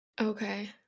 Okay